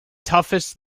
toughest